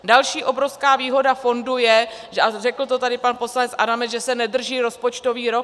Další obrovská výhoda fondu je a řekl to tady pan poslanec Adamec že se nedrží rozpočtový rok.